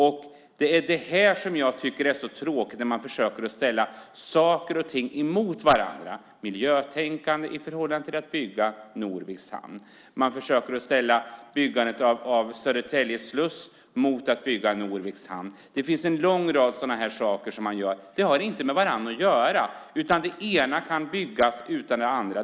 Det tråkiga är när saker och ting ställs mot varandra, till exempel miljötänkande i förhållande till att bygga Norviks hamn. Man försöker att ställa byggandet av Södertälje sluss mot att bygga Norviks hamn. Det finns en lång rad saker som görs. De har inte med varandra att göra. Det ena kan byggas utan det andra.